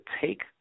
take